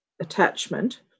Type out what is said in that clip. attachment